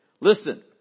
listen